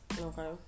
Okay